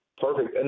Perfect